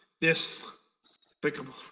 despicable